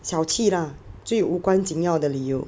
小气 lah 最无关紧要的理由